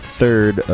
third